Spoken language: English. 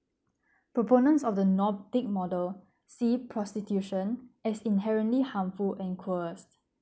proponents of the nordic model see prostitution as inherently harmful and worse